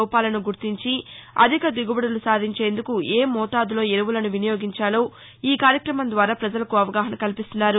లోపాలను గుర్తించి అధిక దిగుబడులు సాధించేందుకు ఏ మోతాదులో ఎరువులను వినియోగించాలో ఈ కార్యక్రమం ద్వారా ప్రజలకు అవగాహన కల్పిస్తున్నారు